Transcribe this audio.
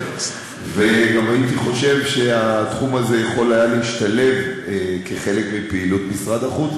וגם הייתי חושב שהתחום הזה יכול היה להשתלב כחלק מפעילות משרד החוץ.